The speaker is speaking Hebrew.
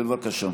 בבקשה.